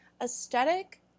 aesthetic